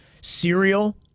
Cereal